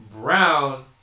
Brown